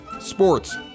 sports